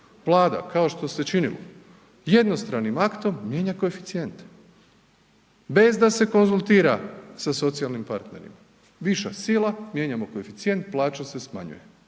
Vlada kao što se činilo, jednostranim aktom mijenja koeficijente bez da se konzultira sa socijalnim partnerima, viša sila, mijenjamo koeficijent, plaća se smanjuje,